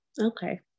okay